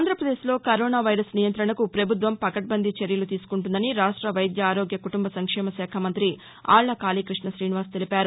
ఆంధ్రప్రదేశ్లో corona virus నియంత్రణకు ప్రభుత్వం పకడ్బందీ చర్యలు తీసుకుంటుందని రాష్ట వైద్య ఆరోగ్య కుటుంబ సంక్షేమ శాఖ మంత్రి ఆళ్ల కాశీకృష్ణ ఠీనివాస్ తెలిపారు